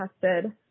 tested